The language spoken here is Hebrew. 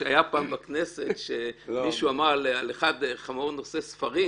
היה פעם בכנסת מישהו שאמר על אחד: חמור נושא ספרים.